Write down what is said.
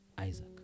Isaac